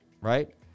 right